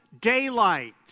daylight